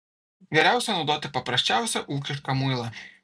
geriausia naudoti paprasčiausią ūkišką muilą